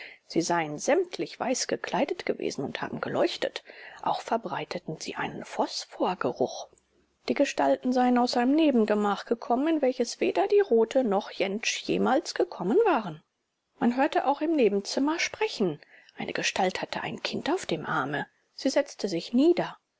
sie seien sämtlich weiß gekleidet gewesen und haben geleuchtet auch verbreiteten sie einen phosphorgeruch die gestalten seien aus einem nebengemach gekommen in welches weder die rothe noch jentsch jemals gekommen waren man hörte auch im nebenzimmer sprechen eine gestalt hatte ein kind auf dem arme sie setzte sich nieder